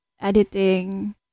editing